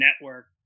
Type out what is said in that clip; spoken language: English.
network